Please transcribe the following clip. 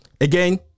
Again